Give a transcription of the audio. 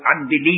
unbelief